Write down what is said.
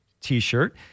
T-shirt